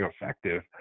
effective